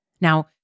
Now